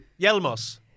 Yelmos